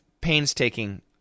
painstaking